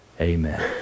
Amen